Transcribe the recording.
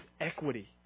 equity